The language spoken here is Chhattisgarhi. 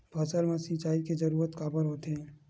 फसल मा सिंचाई के जरूरत काबर होथे?